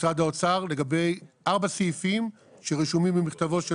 משרד האוצר לגבי ארבעה סעיפים שרשומים במכתבו של